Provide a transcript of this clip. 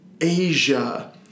Asia